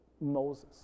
Moses